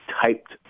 typed